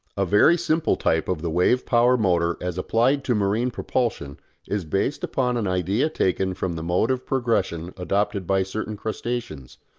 a very simple type of the wave-power motor as applied to marine propulsion is based upon an idea taken from the mode of progression adopted by certain crustaceans,